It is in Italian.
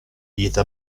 dieta